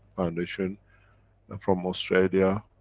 foundation from australia,